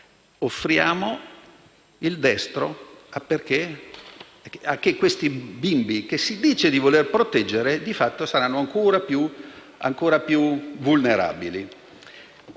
offriamo il destro perché questi bimbi, che si dice di voler proteggere, diventino ancora più vulnerabili.